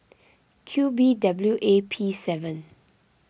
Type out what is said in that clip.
Q B W A P seven